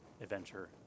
adventure